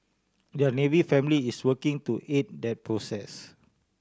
their Navy family is working to aid that process